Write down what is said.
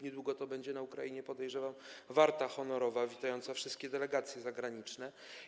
Niedługo będzie na Ukrainie, podejrzewam, warta honorowa witająca wszystkie delegacje zagraniczne.